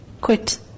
quit